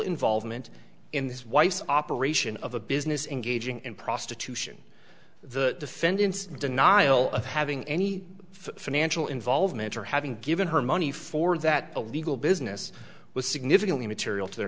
involvement in this wife's operation of a business engaging in prostitution the defendant's denial of having any financial involvement or having given her money for that illegal business was significantly material t